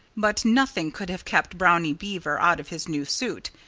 but nothing could have kept brownie beaver out of his new suit.